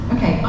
Okay